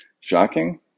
shocking